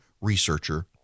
researcher